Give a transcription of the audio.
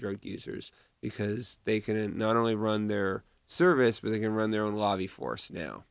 drug users because they can not only run their service but they can run their own lobby force now